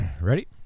Ready